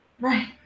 right